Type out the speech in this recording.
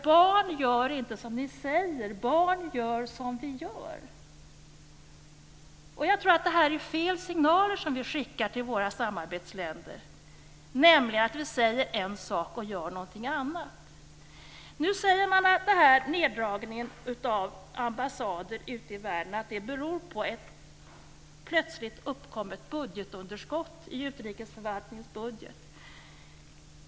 Barn gör inte som du säger, barn gör som du gör, står det. Jag tror att detta är fel signaler att skicka till våra samarbetsländer. Vi säger en sak och gör någonting annat. Nu säger man att neddragningen av ambassader ute i världen beror på ett plötsligt uppkommet budgetunderskott i utrikesförvaltningens budget.